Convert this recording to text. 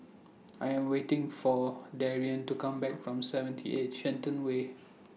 I Am waiting For Darrien to Come Back from seventy eight Shenton Way